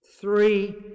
Three